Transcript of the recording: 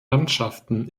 landschaften